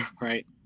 right